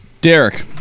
Derek